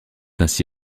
ainsi